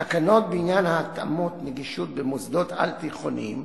תקנות בעניין התאמות נגישות במוסדות על-תיכוניים,